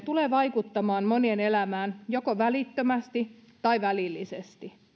tulee vaikuttamaan monien elämään joko välittömästi tai välillisesti